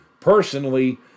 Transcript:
personally